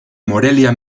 morelia